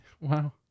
Wow